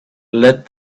let